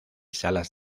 salas